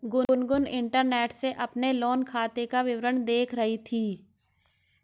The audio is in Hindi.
गुनगुन इंटरनेट से अपने लोन खाते का विवरण देख रही थी